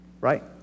right